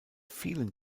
vielen